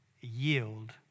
Yield